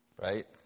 Right